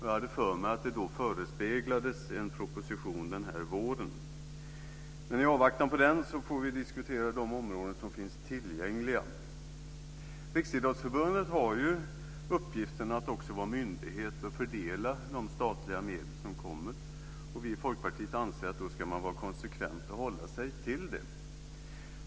Jag hade för mig att det då förespeglades en proposition den här våren. I avvaktan på den får vi diskutera de områden som finns tillgängliga. Riksidrottsförbundet har uppgiften att vara myndighet och fördela de statliga medel som kommer. Vi i Folkpartiet anser att man då ska vara konsekvent och hålla sig till det.